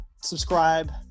Subscribe